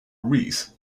wreath